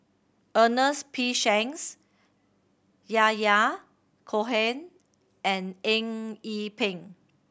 Ernest P Shanks Yahya Cohen and Eng Yee Peng